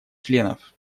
членов